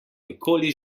nikoli